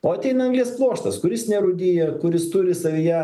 o ateina anglies pluoštas kuris nerūdija kuris turi savyje